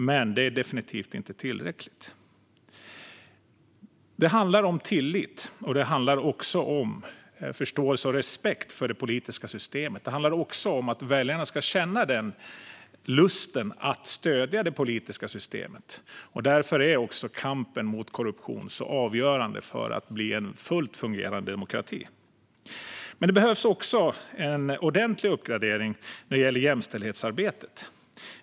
Men det är definitivt inte tillräckligt. Det handlar om tillit och om förståelse och respekt för det politiska systemet. Det handlar också om att väljarna ska känna lust att stödja det politiska systemet. Därför är kampen mot korruption avgörande för att ett land ska bli en fullt fungerande demokrati. Det behövs också en ordentlig uppgradering av jämställdhetsarbetet.